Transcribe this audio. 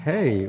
Hey